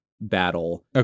battle